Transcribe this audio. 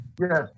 Yes